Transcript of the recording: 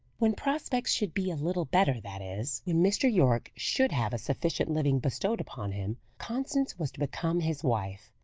when prospects should be a little better that is, when mr. yorke should have a sufficient living bestowed upon him constance was to become his wife.